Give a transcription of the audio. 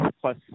plus